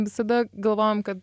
visada galvojom kad